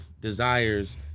desires